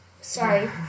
Sorry